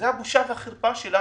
זו הבושה והחרפה שלנו